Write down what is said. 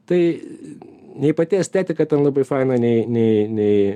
tai nei pati estetika ten labai faina nei nei nei